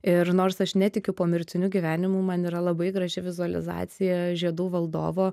ir nors aš netikiu pomirtiniu gyvenimu man yra labai graži vizualizacija žiedų valdovo